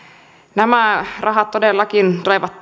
nämä rahat todellakin tulevat